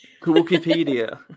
Wikipedia